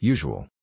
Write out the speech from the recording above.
Usual